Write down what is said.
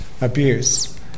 abuse